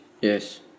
Yes